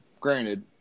granted